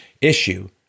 issue